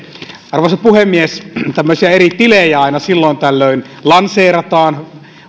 arvoisa puhemies tämmöisiä eri tilejä aina silloin tällöin lanseerataan